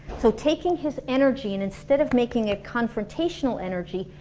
so taking his energy and instead of making a confrontational energy,